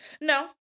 No